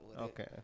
Okay